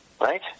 Right